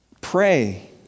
Pray